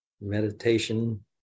meditation